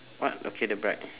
what okay the bride